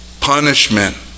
punishment